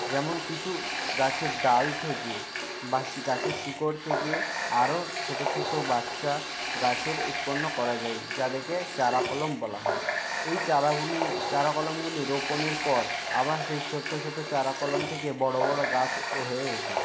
যেমন কিছু গাছের ডাল থেকে বা গাছের শিকড় থেকে আরও ছোটো ছোটো বাচ্চা গাছের উৎপন্ন করা যায় যাদেরকে চারা কলম বলা হয় এই চারাগুলি চারা কলমগুলি রোপণের পর আবার সেই ছোট্ট ছোটো চারা কলম থেকে বড়ো বড়ো গাছ হয়ে ওঠে